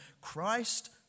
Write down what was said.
Christ